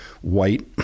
white